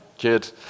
Good